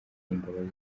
imbabazi